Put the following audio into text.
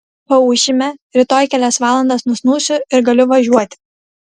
paūšime rytoj kelias valandas nusnūsiu ir galiu važiuoti